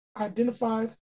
identifies